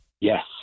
Yes